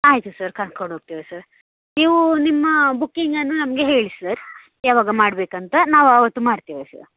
ಆಯಿತು ಸರ್ ಕರ್ಕೊಂಡು ಹೋಗ್ತೇವೆ ಸರ್ ನೀವು ನಿಮ್ಮ ಬುಕ್ಕಿಂಗನ್ನು ನಮಗೆ ಹೇಳಿ ಸರ್ ಯಾವಾಗ ಮಾಡ್ಬೇಕು ಅಂತ ನಾವು ಆವತ್ತು ಮಾಡ್ತೇವೆ ಸರ್